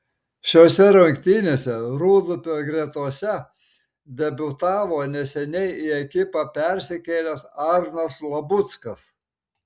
šiose rungtynėse rūdupio gretose debiutavo neseniai į ekipą persikėlęs arnas labuckas